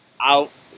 out